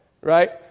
Right